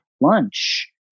lunch